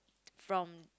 from